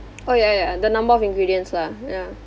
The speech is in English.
oh ya ya ya the number of ingredients lah ya